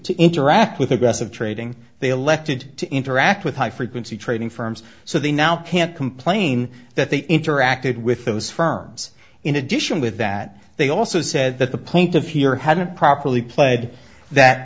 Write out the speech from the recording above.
to interact with aggressive trading they elected to interact with high frequency trading firms so they now can't complain that they interacted with those firms in addition with that they also said that the plaintiff here hadn't properly played that